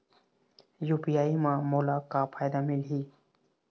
UPI म मोला का फायदा मिलही?